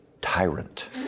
tyrant